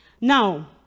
now